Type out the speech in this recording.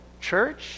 church